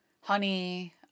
Honey